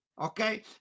Okay